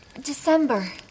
December